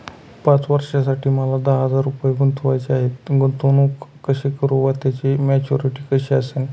पाच वर्षांसाठी मला दहा हजार रुपये गुंतवायचे आहेत, गुंतवणूक कशी करु व त्याची मॅच्युरिटी कशी असेल?